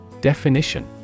Definition